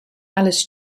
allis